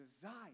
desire